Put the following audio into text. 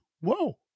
whoa